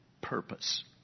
purpose